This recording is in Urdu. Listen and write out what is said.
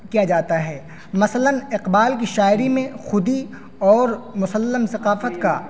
کیا جاتا ہے مثلاً اقبال کی شاعری میں خودی اور مسلم ثقافت کا